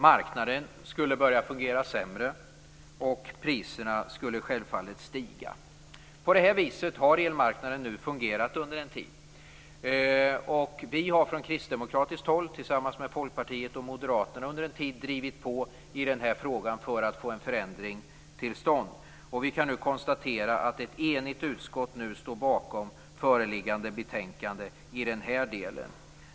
Marknaden skulle börja fungera sämre, och priserna skulle självfallet stiga. På det här viset har elmarknaden nu fungerat under en tid. Vi har från kristdemokratiskt håll, tillsammans med Folkpartiet och Moderaterna, under en tid drivit på i denna fråga för att få en förändring till stånd. Vi kan nu konstatera att ett enigt utskott står bakom föreliggande betänkande i denna del.